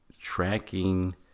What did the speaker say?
tracking